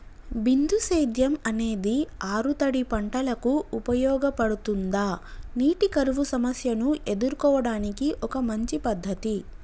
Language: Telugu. బిందు సేద్యం అనేది ఆరుతడి పంటలకు ఉపయోగపడుతుందా నీటి కరువు సమస్యను ఎదుర్కోవడానికి ఒక మంచి పద్ధతి?